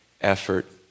effort